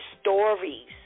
stories